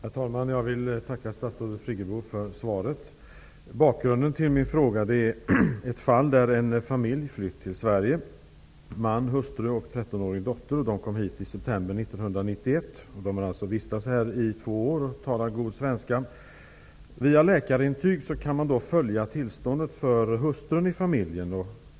Herr talman! Jag vill tacka statsrådet Friggebo för svaret. Bakgrunden till min fråga är ett fall där en familj har flytt till Sverige. Det var man, hustru och en 13 årig dotter som kom hit i september 1991. De har nu vistats här i två år och talar god svenska. Via läkarintyg kan man följa tillståndet för hustrun i familjen.